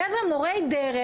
חבר'ה מורי דרך,